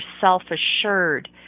self-assured